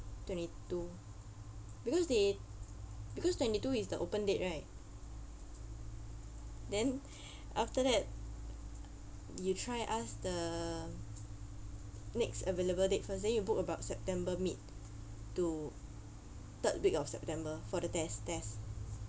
twenty two because they because twenty two is the open date right then after that you try ask the next available date first then you book about september mid to third week of september for the test test